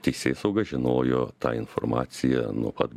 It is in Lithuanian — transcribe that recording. teisėsauga žinojo tą informaciją nuo pat